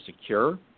secure